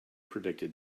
predicted